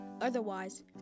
Otherwise